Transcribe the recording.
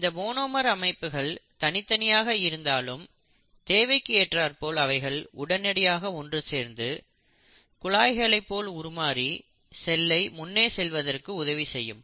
இந்த மோனோமர் அமைப்புகள் தனியாக இருந்தாலும் தேவைக்கு ஏற்றார்போல் அவைகள் உடனடியாக ஒன்று சேர்ந்து குழாய்களை போல் உருமாறி செல்லை முன்னே செல்வதற்கு உதவி செய்யும்